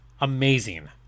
amazing